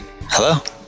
Hello